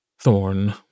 Thorn